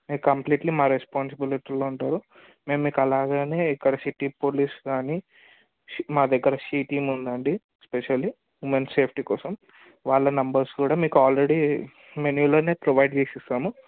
మీరు కంప్లీట్లీ మా రెస్పాన్సిబులిటీలో ఉంటారు మేము మీకు అలాగే ఇక్కడ సిటీ పోలీస్ కానీ షీ మా దగ్గర షీ టీమ్ ఉంది అండి స్పెషల్లీ ఉమెన్ సేఫ్టీ కోసం వాళ్ళ నంబర్స్ కూడా మీకు ఆల్రెడీ మెనూలో ప్రొవైడ్ చేసి ఇస్తాము